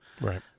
Right